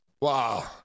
Wow